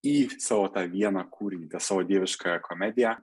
į savo tą vieną kūrinį savo dieviškąją komediją